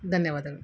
ಧನ್ಯವಾದಗಳು